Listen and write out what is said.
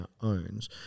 owns